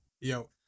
Yo